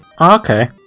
Okay